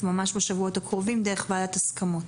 ממש בשבועות הקרובים דרך ועדת הסכמות.